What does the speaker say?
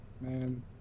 man